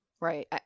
Right